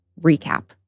recap